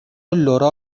لورا